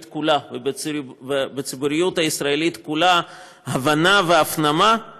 כולה ובציבוריות הישראלית כולה הבנה והפנמה של